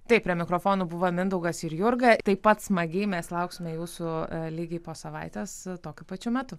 taip prie mikrofonų buvo mindaugas ir jurga taip pat smagiai mes lauksime jūsų lygiai po savaitės tokiu pačiu metu